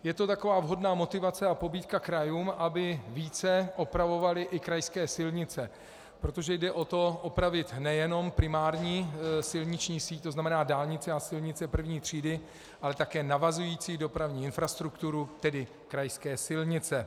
Je to taková vhodná motivace a pobídka krajům, aby více opravovaly i krajské silnice, protože jde o to opravit nejenom primární silniční síť, to znamená dálnice a silnice I. třídy, ale také navazující dopravní infrastrukturu, tedy krajské silnice.